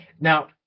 Now